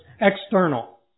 external